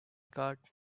card